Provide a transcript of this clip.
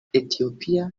ethiopia